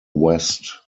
west